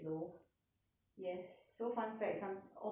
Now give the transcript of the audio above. yes so fun fact some auto cars don't